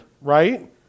right